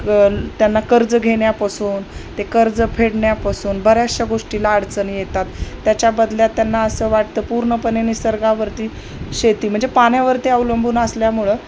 क त्यांना कर्ज घेण्यापासून ते कर्ज फेडण्यापासून बऱ्याचशा गोष्टीला अडचणी येतात त्याच्या बदल्यात त्यांना असं वाटतं पूर्णपणे निसर्गावरती शेती म्हणजे पाण्यावरती अवलंबून असल्यामुळं